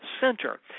Center